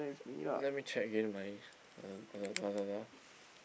let me check again my uh uh Lazada